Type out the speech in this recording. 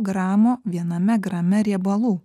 gramo viename grame riebalų